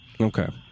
Okay